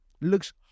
looks